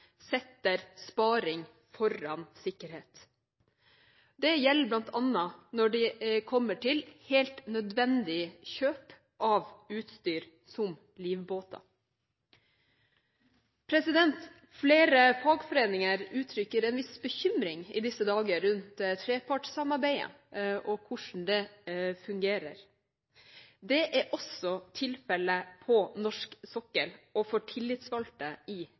setter sparing foran sikkerhet. Det gjelder bl.a. når det kommer til helt nødvendig kjøp av utstyr som livbåter. Flere fagforeninger uttrykker en viss bekymring i disse dager rundt trepartssamarbeidet og hvordan det fungerer. Det er også tilfellet på norsk sokkel og for tillitsvalgte i